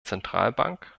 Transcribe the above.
zentralbank